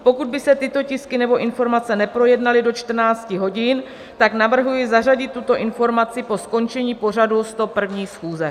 Pokud by se tyto tisky nebo informace neprojednaly do 14 hodin, tak navrhuji zařadit tuto informaci po skončení pořadu 101. schůze.